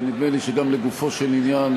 ונדמה לי שגם לגופו של עניין,